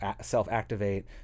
self-activate